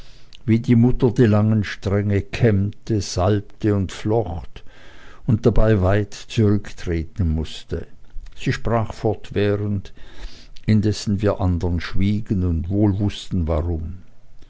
wie die mutter die langen stränge kämmte salbte und flocht und dabei weit zurücktreten mußte sie sprach fortwährend indessen wir andern schwiegen und wohl wußten warum